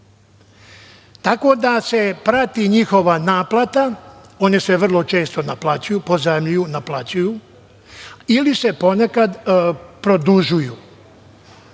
tako da se prati njihova naplata, one se vrlo često naplaćuju, pozajmljuju, naplaćuju ili se ponekad produžuju. Ono